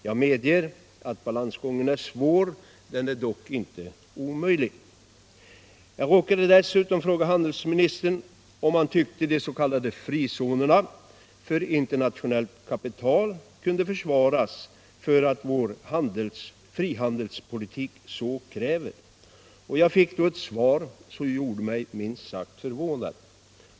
Jag medger att balansgången är svår, dock inte omöjlig. Jag råkade dessutom fråga handelsministern om han tyckte de s.k. frizonerna för internationellt kapital kunde försvaras därför att vår frihandelspolitik så kräver. Jag fick då ett svar som gjorde mig minst sagt förvånad.